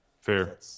fair